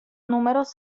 números